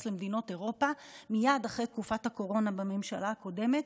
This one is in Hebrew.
למדינות אירופה מייד אחרי תקופת הקורונה בממשלה הקודמת,